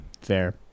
fair